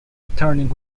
returning